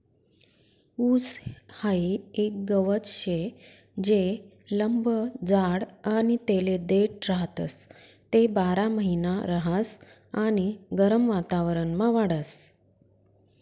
ऊस हाई एक गवत शे जे लंब जाड आणि तेले देठ राहतस, ते बारामहिना रहास आणि गरम वातावरणमा वाढस